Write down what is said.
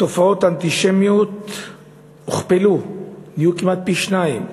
תופעות האנטישמיות הוכפלו, כמעט פי-שניים.